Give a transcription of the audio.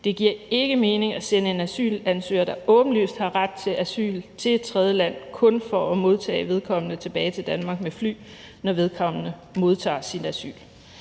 Det giver ikke mening at sende en asylansøger, der åbenlyst har ret til asyl, til et tredjeland kun for at få vedkommende tilbage til Danmark med fly, når vedkommende modtager sit asyl.